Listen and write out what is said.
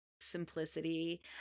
simplicity